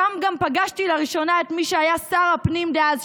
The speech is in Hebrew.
שם גם פגשתי לראשונה את מי שהיה שר הפנים דאז,